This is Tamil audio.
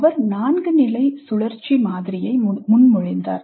அவர் 4 நிலை சுழற்சி மாதிரியை முன்மொழிந்தார்